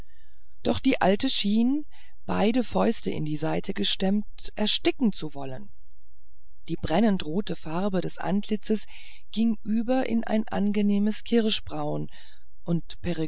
doch die alte schien beide fäuste in die seiten stemmend ersticken zu wollen die brennend rote farbe des antlitzes ging über in ein angenehmes kirschbraun und